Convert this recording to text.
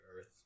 Earth